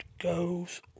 goes